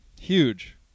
Huge